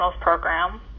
Program